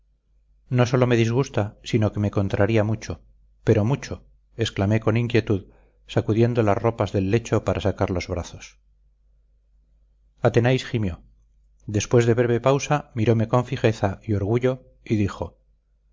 no sólo me disgusta sino que me contraría mucho pero mucho exclamé con inquietud sacudiendo las ropas del lecho para sacar los brazos athenais gimió después de breve pausa mirome con fijeza y orgullo y dijo